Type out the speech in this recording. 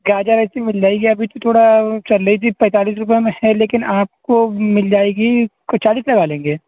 گاجر ایسی مِل جائی گی ابھی تو تھوڑا چل رہی تھی پینتالس روپیے میں ہے لیکن آپ کو مِل جائے گی چالیس لگا لیں گے